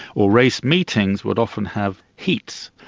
well race meetings would often have heats.